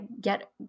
get